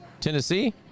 Tennessee